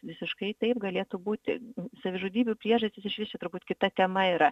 visiškai taip galėtų būti savižudybių priežastys išvis čia turbūt kita tema yra